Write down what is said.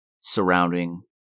Surrounding